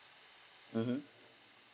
mmhmm